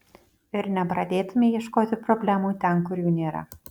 ir nepradėtumei ieškoti problemų ten kur jų nėra